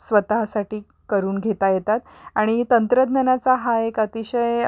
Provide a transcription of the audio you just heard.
स्वतःसाठी करून घेता येतात आणि तंत्रज्ञानाचा हा एक अतिशय